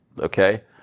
Okay